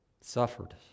suffered